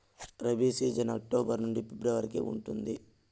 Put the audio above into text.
rabi season October నుండి February వరకు ఉంటుంది